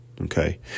Okay